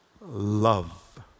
love